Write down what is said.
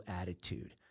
attitude